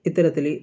ഇത്തരത്തിൽ